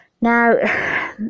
Now